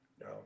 No